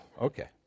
Okay